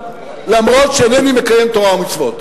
למרות העובדה שאינני מקיים תורה ומצוות,